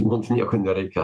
mums nieko nereikia